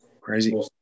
Crazy